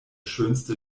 schönste